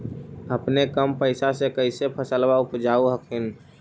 अपने कम पैसा से कैसे फसलबा उपजाब हखिन?